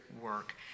work